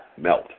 melt